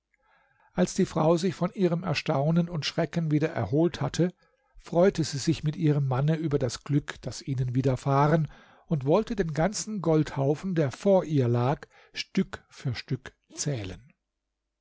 als die frau sich von ihrem erstaunen und schrecken wieder erholt hatte freute sie sich mit ihrem manne über das glück das ihnen widerfahren und wollte den ganzen goldhaufen der vor ihr lag stück für stück zählen